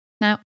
Now